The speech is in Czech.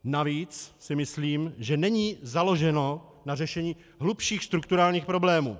Navíc si myslím, že není založeno na řešení hlubších strukturálních problémů.